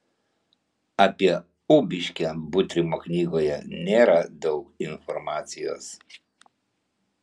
apie ubiškę butrimo knygoje nėra daug informacijos